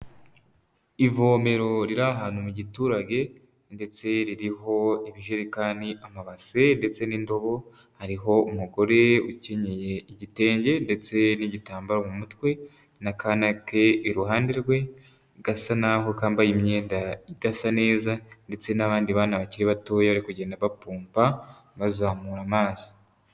Ivomero riri ahantu mu giturage ndetse ririho ibijerekani, amabase ndetse n'indobo, hariho umugore ukenyeye igitenge ndetse n'igitambaro mu mutwe, n'akana ke iruhande rwe, gasa n'aho kambaye imyenda idasa neza ndetse n'abandi bana bakiri batoya bari kugenda bapompa, bazamura amazi.